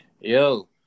yo